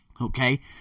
Okay